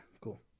cool